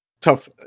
Tough